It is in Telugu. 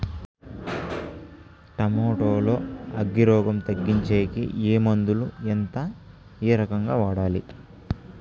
టమోటా లో అగ్గి రోగం తగ్గించేకి ఏ మందులు? ఎంత? ఏ రకంగా వాడాలి?